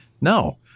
No